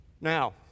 now